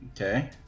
Okay